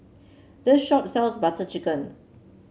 this shop sells Butter Chicken